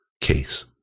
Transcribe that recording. Case